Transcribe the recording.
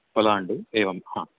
पलाण्डु एवं हा